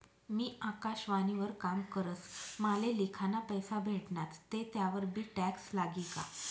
मी आकाशवाणी वर काम करस माले लिखाना पैसा भेटनात ते त्यावर बी टॅक्स लागी का?